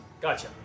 Gotcha